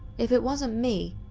if it wasn't me,